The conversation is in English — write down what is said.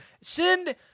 send